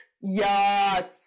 Yes